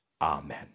Amen